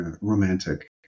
romantic